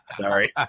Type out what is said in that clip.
Sorry